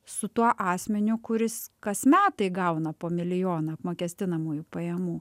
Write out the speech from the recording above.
su tuo asmeniu kuris kas metai gauna po milijoną apmokestinamųjų pajamų